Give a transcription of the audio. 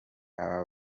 aba